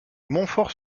montfort